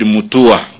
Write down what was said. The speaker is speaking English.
Mutua